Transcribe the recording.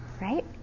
Right